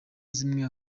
zimwe